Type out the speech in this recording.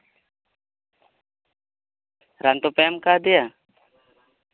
ᱨᱟᱱ ᱫᱚᱯᱮ ᱮᱢ ᱠᱟᱣᱫᱮᱭᱟ